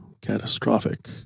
catastrophic